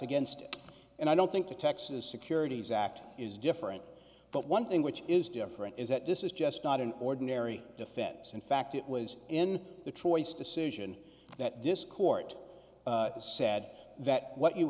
against it and i don't think the texas security exact is different but one thing which is different is that this is just not an ordinary defense in fact it was in the choice decision that this court said that what you